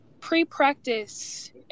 pre-practice